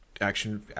Action